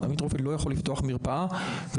עמית רופא לא יוכל לפתוח מרפאה ולהעסיק